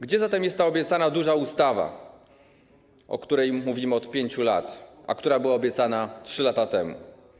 Gdzie zatem jest obiecana duża ustawa, o której mówimy od 5 lat, a która była obiecana 3 lata temu?